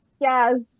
yes